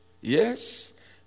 yes